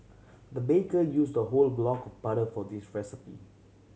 the baker used a whole block of butter for this recipe